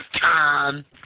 time